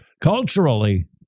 Culturally